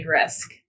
risk